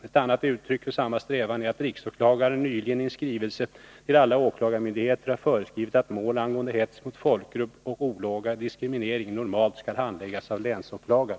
Ett annat uttryck för samma strävan är att riksåklagaren nyligen i en skrivelse till alla åklagarmyndigheter har föreskrivit att mål angående hets mot folkgrupp och olaga diskriminering normalt skall handläggas av länsåklagare.